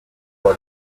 kuwa